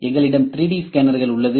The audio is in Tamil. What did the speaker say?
எங்களிடம் 3D ஸ்கேனர்கள் உள்ளது